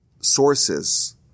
sources